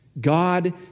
God